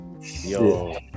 Yo